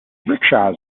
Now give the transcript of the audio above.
rickshaws